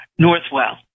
Northwell